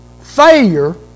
failure